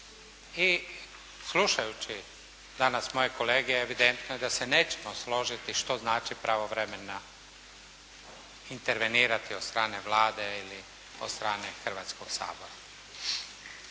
I slušajući danas moje kolege evidentno je da se nećemo složiti što znači pravovremena, intervenirati od strane Vlade ili od strane Hrvatskog sabora.